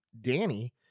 Danny